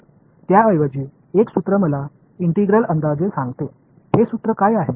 तर त्याऐवजी एक सूत्र मला इंटिग्रल अंदाजे सांगते हे सूत्र काय आहे